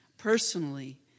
Personally